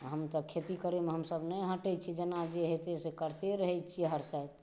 हम तऽ खेती करैमे हमसब नहि हटै छी जेना जे होइ छै से करिते रहै छियै हरसैत